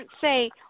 say